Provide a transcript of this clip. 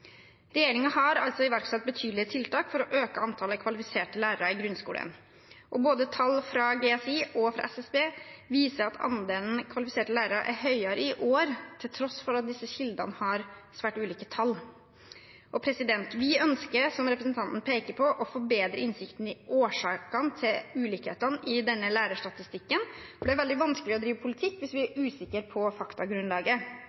har altså iverksatt betydelige tiltak for å øke antallet kvalifiserte lærere i grunnskolen. Tall både fra GSI, Grunnskolens Informasjonssystem, og fra SSB viser at andelen kvalifiserte lærere er høyere i år, til tross for at disse kildene har svært ulike tall. Vi ønsker, som representanten peker på, å få bedre innsikt i årsakene til ulikhetene i denne lærerstatistikken. Det er veldig vanskelig å drive politikk hvis vi er